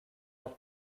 not